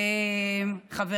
חן-חן, אדוני יושב-ראש הכנסת.